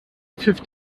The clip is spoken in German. pfiff